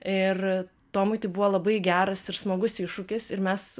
ir tomui tai buvo labai geras ir smagus iššūkis ir mes